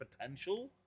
potential